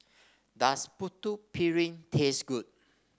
does Putu Piring taste good